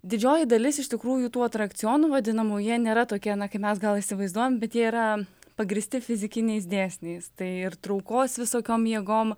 didžioji dalis iš tikrųjų tų atrakcionų vadinamų jie nėra tokie na kaip mes gal įsivaizduojam bet jie yra pagrįsti fizikiniais dėsniais tai ir traukos visokiom jėgom